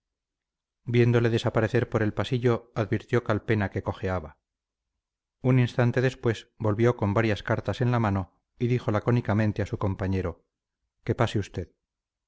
viéndole desaparecer por el pasillo advirtió calpena que cojeaba un instante después volvió con varias cartas en la mano y dijo lacónicamente a su compañero que pase usted